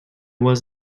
was